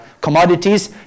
commodities